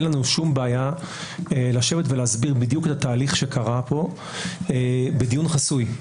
אין לנו שום בעיה לשבת ולהסביר בדיוק את התהליך שקרה פה בדיון חסוי.